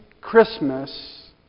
Christmas